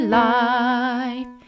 life